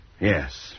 Yes